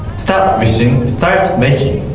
stop wishing, start making!